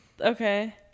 okay